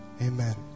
amen